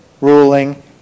ruling